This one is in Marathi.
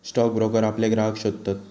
स्टॉक ब्रोकर आपले ग्राहक शोधतत